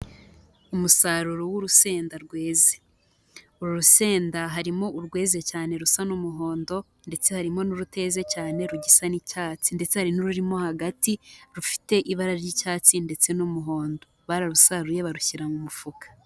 Umusaruro w'urusenda rweze. Uru rusenda harimo urweze cyane rusa n'umuhondo ndetse harimo n'uruteze cyane rugisa n'icyatsi ndetse hari n'ururimo hagati rufite ibara ry'icyatsi ndetse n'umuhondo bararusaruye barushyira mu mufuka.